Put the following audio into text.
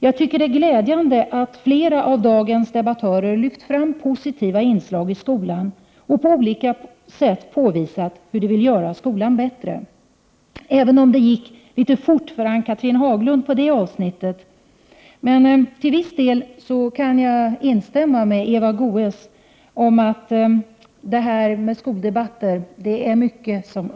Jag tycker att det är glädjande att flera av dagens debattörer har lyft fram positiva inslag i skolan och på olika sätt påvisat hur de vill göra skolan bättre. Men det gick kanske litet fort för Ann-Cathrine Haglund i det avsnittet. I viss mån kan jag hålla med Eva Goés om att det är mycket som upprepas i skoldebatterna.